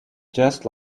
just